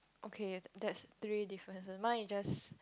okay that's three differences mine is just